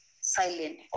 silent